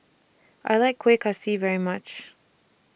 I like Kueh Kaswi very much